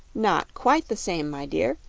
not quite the same, my dear,